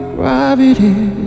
gravity